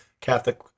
Catholic